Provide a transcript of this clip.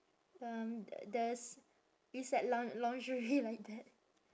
um the there's it's like lin~ lingerie like that